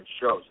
shows